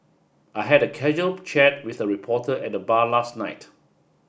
I had a casual chat with a reporter at the bar last night